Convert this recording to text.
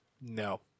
No